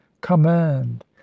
command